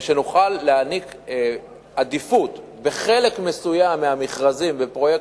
שנוכל להעניק עדיפות בחלק מסוים מהמכרזים בפרויקטים,